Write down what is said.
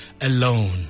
alone